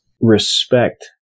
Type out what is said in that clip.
respect